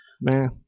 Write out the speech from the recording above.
man